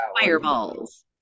fireballs